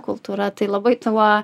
kultūra tai labai tuo